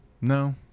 no